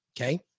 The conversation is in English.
okay